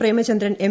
Premachandran M